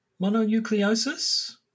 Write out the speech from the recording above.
mononucleosis